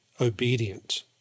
obedient